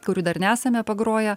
kurių dar nesame pagroję